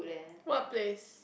what place